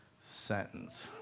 sentence